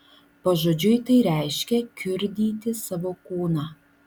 pažodžiui tai reiškia kiurdyti savo kūną